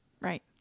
Right